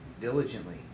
diligently